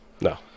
no